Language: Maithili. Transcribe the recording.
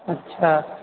अच्छा